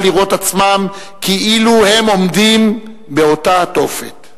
לראות עצמם כאילו הם עומדים באותה התופת.